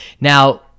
Now